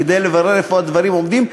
כדי לברר איפה הדברים עומדים,